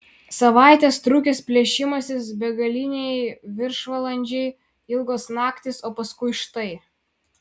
savaites trukęs plėšymasis begaliniai viršvalandžiai ilgos naktys o paskui štai